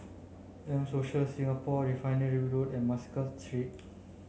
M Social Singapore Refinery Road and Muscat Street